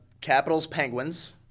Capitals-Penguins